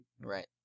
Right